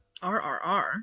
rrr